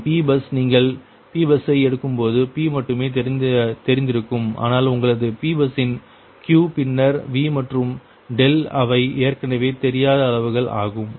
மற்றும் P bus நீங்கள் P பஸ்ஸை எடுக்கும்போது P மட்டுமே தெரிந்திருக்கும் ஆனால் உங்களது P பஸ்ஸின் Q பின்னர் V மற்றும் அவை ஏற்கனவே தெரியாத அளவுகள் ஆகும்